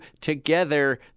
together